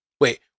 wait